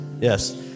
Yes